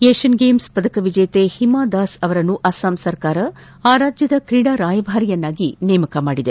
Asian Games ಪದಕ ವಿಜೇತೆ ಹಿಮಾದಾಸ್ ಅವರನ್ನು ಅಸ್ಸಾಂ ಸರ್ಕಾರ ರಾಜ್ಯದ ಕ್ರೀಡಾ ರಾಯಭಾರಿಯನ್ನಾಗಿ ನೇಮಿಸಿದೆ